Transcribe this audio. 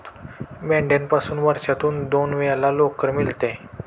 मेंढ्यापासून वर्षातून दोन वेळा लोकर मिळते